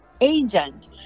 Agent